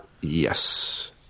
Yes